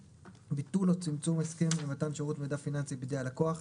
ביטול או צמצום הסכם למתן שירות מידע פיננסי בידי הלקוח.